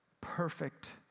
perfect